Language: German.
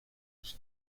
ich